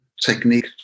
technique